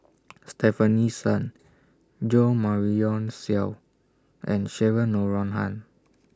Stefanie Sun Jo Marion Seow and Cheryl Noronha